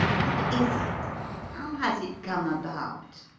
what is it? how has it come about?